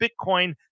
Bitcoin